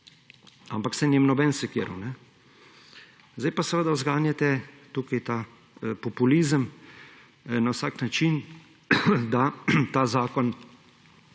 ampak se ni noben sekiral. Zdaj pa zganjate tukaj ta populizem na vsak način, da ta zakon,